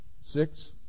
Six